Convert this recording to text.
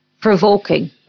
provoking